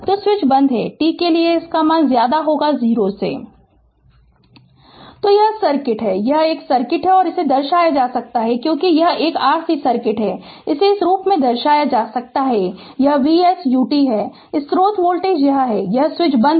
तो स्विच बंद है t के लिए 0 Refer Slide Time 2731 तो यह सर्किट यह यह सर्किट है और इसे दर्शाया जा सकता है क्योंकि यह एक RC सर्किट है इसे इस रूप में दर्शाया जा सकता है कि यह V s ut है स्रोत वोल्टेज यह है यह स्विच बंद है